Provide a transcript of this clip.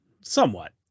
somewhat